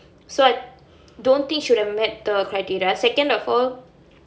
so I think she would have met the criteria second of all